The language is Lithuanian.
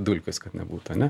dulkės kad nebūtų ane